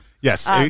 Yes